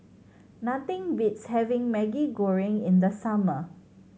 nothing beats having Maggi Goreng in the summer